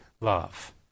love